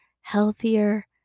healthier